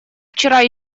вчера